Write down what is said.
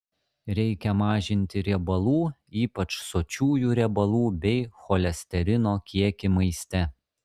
reikia mažinti riebalų ypač sočiųjų riebalų bei cholesterino kiekį maiste